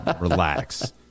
Relax